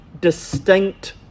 distinct